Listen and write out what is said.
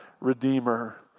Redeemer